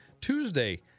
Tuesday